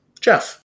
jeff